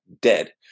dead